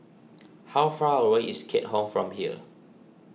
how far away is Keat Hong from here